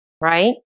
right